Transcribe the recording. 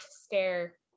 scare